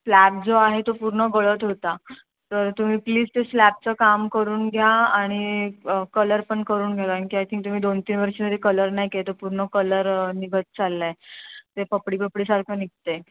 slab जो आहे तो पूर्ण गळत होता तर तुम्ही प्लीज ते स्लॅबचं काम करून घ्या आणि कलर पण करून घ्या कारण की आय थिंक तुम्ही दोन तीन वर्षांनी कलर नाही काय तो पूर्ण कलर निघत चाललं आहे ते पपडी पपडीसारखं निघतं आहे